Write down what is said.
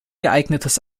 geeignetes